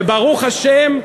וברוך השם,